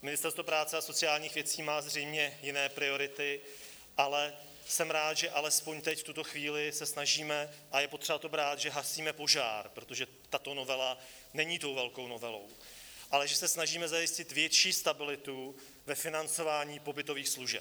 Ministerstvo práce a sociálních věcí má zřejmě jiné priority, ale jsem rád, že alespoň teď v tuto chvíli se snažíme a je potřeba to brát, že hasíme požár, protože tato novela není tou velkou novelou ale že se snažíme zajistit větší stabilitu ve financování pobytových služeb.